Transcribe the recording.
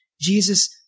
Jesus